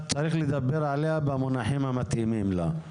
צריך לדבר עליה במונחים המתאימים לה.